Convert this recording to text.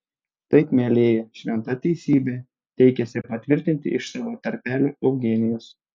taip mielieji šventa teisybė teikėsi patvirtinti iš savo tarpelio eugenijus